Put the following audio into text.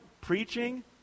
preaching